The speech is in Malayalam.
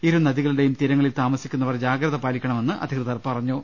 ഇരു നദികളുടെയും തീരങ്ങളിൽ താമസിക്കു ന്നവർ ജാഗ്രത പാലിക്കണമെന്ന് അധികൃതർ പറഞ്ഞു